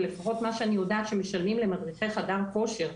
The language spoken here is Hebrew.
ולפחות מה שאני יודעת שמשלמים למדריכי חדר כושר,